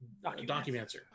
Documenter